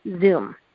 Zoom